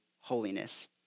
holiness